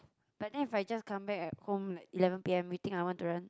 but then if I just come back at home like eleven P_M you think I want to run